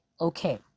okay